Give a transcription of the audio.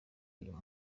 uyu